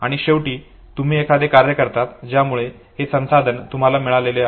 आणि शेवटी तुम्ही एखादे कार्य करतात त्यामुळे हे संसाधन तुम्हाला मिळालेले आहे